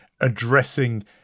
addressing